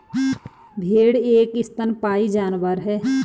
भेड़ एक स्तनपायी जानवर है